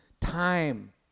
time